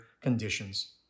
conditions